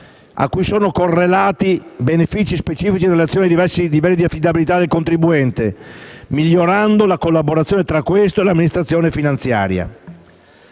a cui sono correlati benefici specifici in relazione ai diversi livelli di affidabilità del contribuente, migliorando la collaborazione tra questo e l'amministrazione finanziaria.